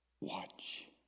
watch